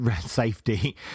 safety